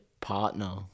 partner